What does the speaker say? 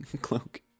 cloak